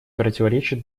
противоречит